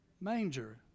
Manger